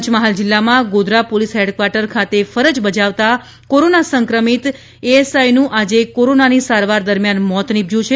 પંચમહાલ જીલ્લામાં Godhra police headquarters ખાતે ફરજ બજાવતાં કોરોના સંક્રમિત એએસઆઇનું આજે કોરોનાની સારવાર દરમિયાન મોત નિપજ્યું છે